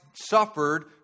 suffered